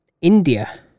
India